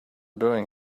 doing